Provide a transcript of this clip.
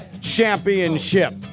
championship